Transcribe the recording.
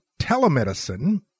telemedicine